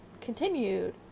continued